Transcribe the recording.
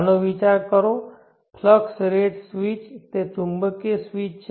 આનો વિચાર કરો ફ્લક્સ રેટ સ્વીચ તે ચુંબકીય સ્વીચ છે